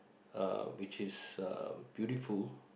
uh which is uh beautiful